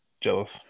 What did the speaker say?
Jealous